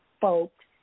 folks